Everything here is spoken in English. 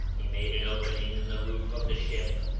he made an opening in the roof of the ship,